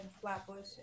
Flatbush